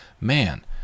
man